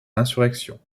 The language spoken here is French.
l’insurrection